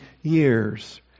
years